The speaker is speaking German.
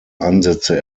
ansätze